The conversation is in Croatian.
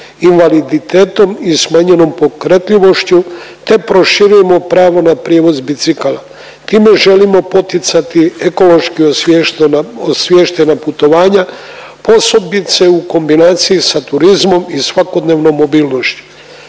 invaliditetom i smanjenom pokretljivošću te proširujemo pravo na prijevoz bicikala. Time želimo poticati ekološki osviještena putovanja posebice u kombinaciji sa turizmom i svakodnevnom mobilnošću.